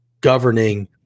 governing